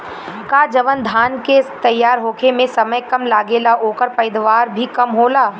का जवन धान के तैयार होखे में समय कम लागेला ओकर पैदवार भी कम होला?